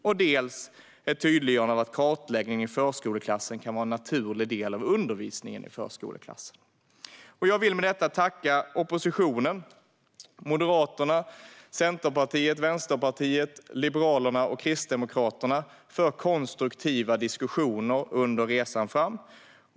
Det femte är ett tydliggörande av att kartläggning i förskoleklassen kan vara en naturlig del av undervisningen där. Jag vill med detta tacka oppositionen - Moderaterna, Centerpartiet, Vänsterpartiet, Liberalerna och Kristdemokraterna - för konstruktiva diskussioner under resans gång.